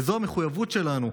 וזאת המחויבות שלנו.